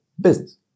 business